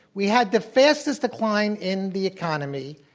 we had the fastest decline in the economy,